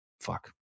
Fuck